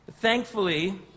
Thankfully